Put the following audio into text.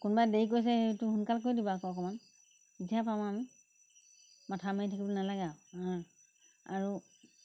কোনোবাই দেৰি কৰিছে সেইটো সোনকাল কৰি দিব আকৌ অকমান তেতিয়াহে পাম আমি মাথা মাৰি থাকিব নালাগে আউ আৰু